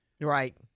right